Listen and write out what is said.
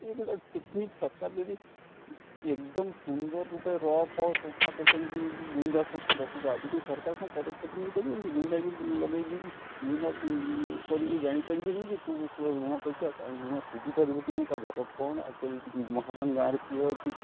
ଏ ଗୋଟା ଟିକ୍ନିକ୍ ସରକାର ଯଦି ଏକଦମ ସୁନ୍ଦର ରୂପେ ର ଫ୍ ସଂସ୍ଥା କରିଛନ୍ତି ଗୁଇନ୍ଦା ସଂସ୍ଥା ଦଶଟା ଅଛି କିନ୍ତୁ ସରକାର କ'ଣ ପଦକ୍ଷେପ ନେଇପାରିବେନି ଗୁଇନ୍ଦାଗିରି ଲଗାଇକି ଗୁଇନ୍ଦା କରିକି ଜାଣିପାରିବେନି ଯେ କେଉଁ ଋଣ କରିଛି ଆଉ କାଇଁ ଋଣ ଶୁଝିପାରିବ କି ନାହିଁ ତା ଘର କ'ଣ ଆକ୍ଚୁଆଲି ମହାଜନ ଗାଁରେ କିଏ ଅଛି